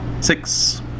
Six